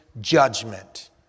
judgment